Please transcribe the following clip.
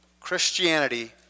Christianity